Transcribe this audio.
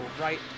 right